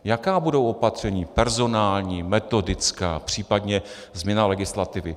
Jaká budou opatření personální, metodická, případně změna legislativy?